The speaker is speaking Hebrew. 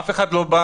אף אחד לא בא